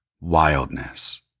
wildness